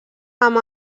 amb